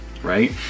right